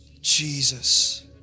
Jesus